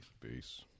peace